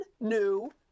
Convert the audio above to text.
new